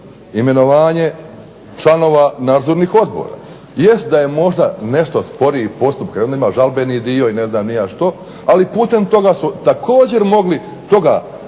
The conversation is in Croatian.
imenovanje članova nadzornih odbora. Jest da je nešto možda sporiji postupak i onda ima žalbeni dio i ne znam ni ja što ali putem toga su također mogli toga